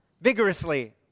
vigorously